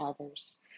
others